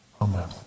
Amen